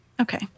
okay